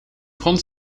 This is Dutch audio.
grond